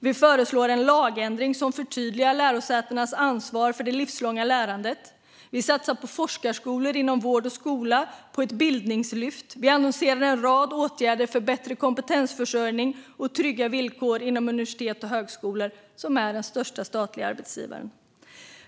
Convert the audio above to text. Vi föreslår en lagändring som förtydligar lärosätenas ansvar för det livslånga lärandet, och vi satsar på forskarskolor inom vård och skola och på ett bildningslyft. Vi annonserar en rad åtgärder för bättre kompetensförsörjning och trygga villkor inom universitet och högskolor, som är den största statliga arbetsgivaren.